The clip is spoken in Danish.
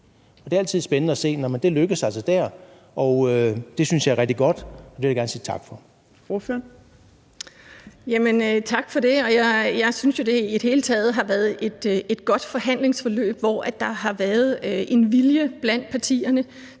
Det er altid spændende at se, når det lykkes, og det lykkedes altså der. Det synes jeg er rigtig godt, og det vil jeg gerne sige tak for.